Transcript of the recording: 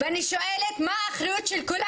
ואני שואלת מה האחריות שלנו?